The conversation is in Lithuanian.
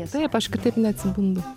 taip aš kitaip neatsibundu